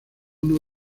uno